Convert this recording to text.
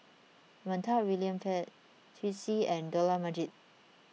Montague William Pett Twisstii and Dollah Majid